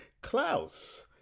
Klaus